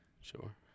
Sure